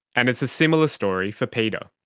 and it's a similar story for peter.